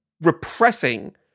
repressing